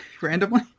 randomly